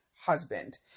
husband